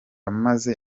amaze